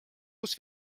uus